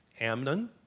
Amnon